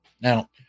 Now